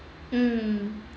mm